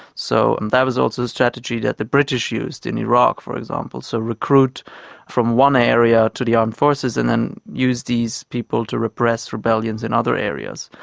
so and that was also a strategy that the british used in iraq, for example, to so recruit from one area to the armed forces and then use these people to repress rebellions in other areas.